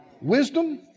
Wisdom